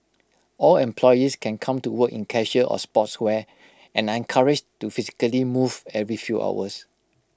all employees can come to work in casual or sportswear and are encouraged to physically move every few hours